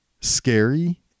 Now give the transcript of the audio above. scary